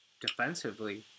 defensively